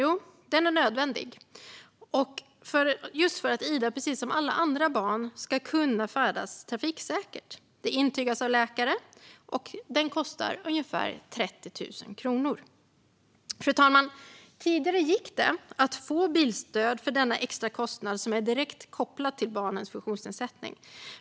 Jo, den är nödvändig för att Ida precis som alla andra barn ska kunna färdas trafiksäkert. Det intygas av läkare, och den kostar ungefär 30 000 kronor. Fru talman! Tidigare gick det att få bilstöd för denna extra kostnad, som är direkt kopplad till barnets funktionsnedsättning.